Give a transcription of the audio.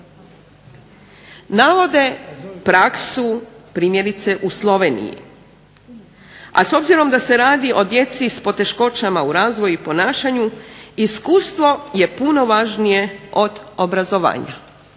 Navode praksu primjerice u Sloveniji, a s obzirom da se radi o djeci s poteškoćama u razvoju i ponašanju iskustvo je puno važnije od obrazovanja.